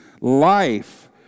life